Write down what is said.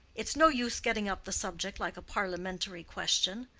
it's no use getting up the subject like a parliamentary question.